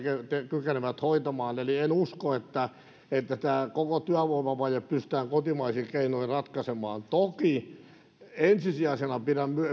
kykenevät hoitamaan eli en usko että että tätä koko työvoimavajetta pystytään kotimaisin keinoin ratkaisemaan toki ensisijaisena